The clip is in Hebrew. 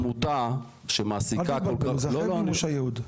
אל תתבלבלו, זה אחרי מימוש הייעוד.